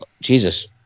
Jesus